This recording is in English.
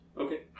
Okay